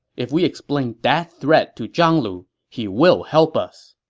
if we explain that threat to zhang lu, he will help us.